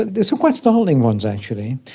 there's some quite startling ones actually.